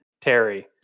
Terry